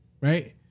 right